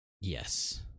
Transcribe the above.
Yes